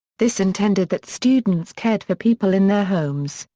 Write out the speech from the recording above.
this intended that students cared for people in their homes,